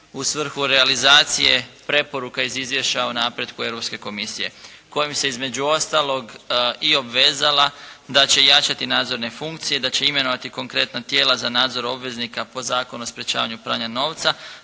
u svrhu realizacije preporuka iz Izvješće o napretku Europske komisije kojim se, između ostalog u obvezala da će jačati nadzorne funkcije, da će imenovati konkretna tijela za nadzor obveznika po Zakonu o sprječavanju prava novca,